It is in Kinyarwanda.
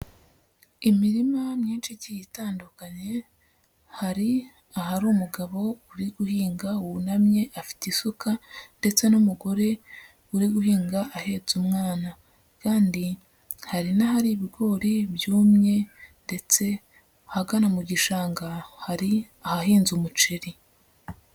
Imirima myinshi igiye itandukanye, hari ahari umugabo uri guhinga wunamye afite isuka, ndetse n'umugore uri guhinga ahetse umwana. Kandi hari n'ahari ibigori byumye, ndetse ahagana mu gishanga, hari ahahinze umuceri.